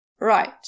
Right